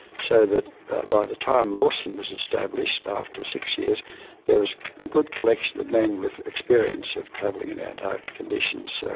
so that by the time mawson was established after six years there was a good collection of men with experience of travelling in antarctic conditions, so